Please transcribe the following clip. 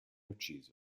ucciso